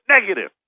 negative